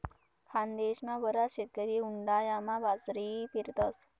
खानदेशमा बराच शेतकरी उंडायामा बाजरी पेरतस